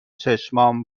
چشمام